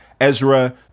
Ezra